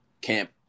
camp